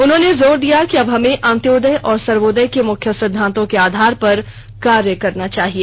उन्होंने जोर दिया कि अब हमें अंत्योदय और सर्वोदय के मुख्य सिद्धांतों के आधार पर कार्य करना चाहिए